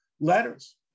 letters